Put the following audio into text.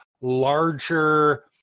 larger